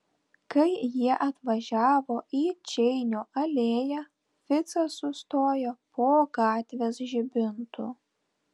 kai jie atvažiavo į čeinio alėją ficas sustojo po gatvės žibintu